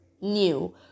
new